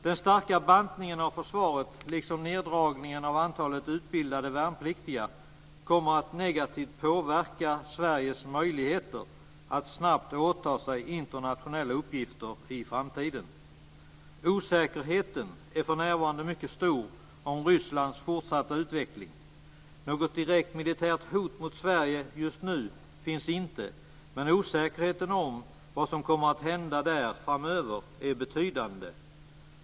Den starka bantningen av försvaret liksom neddragningen av antalet utbildade värnpliktiga kommer att negativt påverka Sveriges möjligheter att snabbt åta sig internationella uppgifter i framtiden. Osäkerheten är för närvarande mycket stor om Rysslands fortsatta utveckling. Något direkt militärt hot mot Sverige just nu finns inte, men osäkerheten om vad som kommer att hända där framöver är betydande.